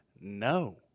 No